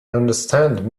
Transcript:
understand